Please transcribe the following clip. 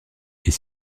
est